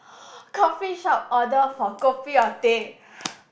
coffeeshop order for kopi or teh